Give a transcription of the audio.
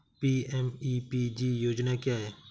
PMEPG योजना क्या है?